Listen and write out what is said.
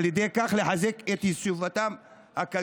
ועל ידי כך לחזק את סביבתם הכלכלית.